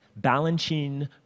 Balanchine